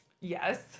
Yes